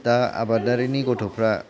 दा आबादारिनि गथ'फोरा